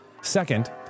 Second